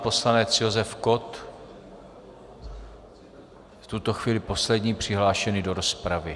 Poslanec Josef Kott, v tuto chvíli poslední přihlášený do rozpravy.